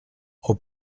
aux